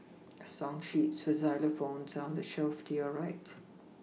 song sheets for xylophones are on the shelf to your right